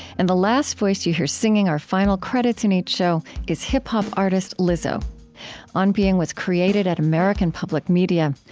and the last voice you hear, singing our final credits in each show, is hip-hop artist lizzo on being was created at american public media.